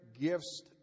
gifts